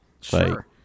Sure